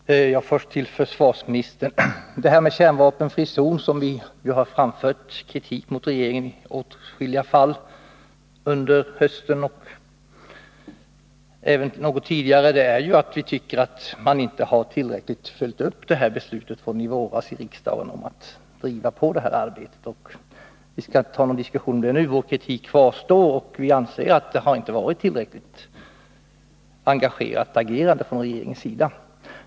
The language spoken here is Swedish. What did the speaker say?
Herr talman! Jag vänder mig först till försvarsministern. I frågan om en kärnvapenfri zon har vi framfört kritik mot regeringen i åtskilliga fall under hösten och även något tidigare. Vi tycker att man inte tillräckligt har följt upp beslutet i riksdagen från i våras om att driva på detta arbete. Vi skall inte ta upp någon diskussion om det nu, men vår kritik kvarstår, och vi anser att det inte varit ett tillräckligt engagerat agerande från regeringens sida.